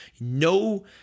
No